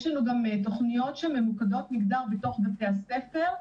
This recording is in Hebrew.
יש לנו גם תוכניות שממוקדות מגדר בתוך בתי הספר.